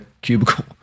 cubicle